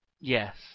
Yes